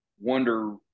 wonder